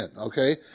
okay